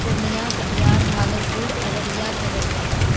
Purnia Katihar Bhagalpur Araria Khagaria